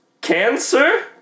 Cancer